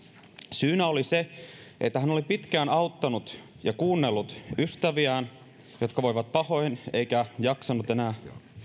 syynä oli se että hän oli pitkään auttanut ja kuunnellut ystäviään jotka voivat pahoin eikä jaksanut enää